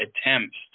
attempts